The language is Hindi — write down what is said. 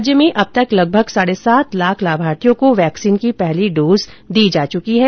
राज्य में अब तक लगभग साढ़े सात लाख लाभार्थियों को वैक्सीन की पहली डोज दी जा चुकी है